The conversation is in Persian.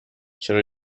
چرا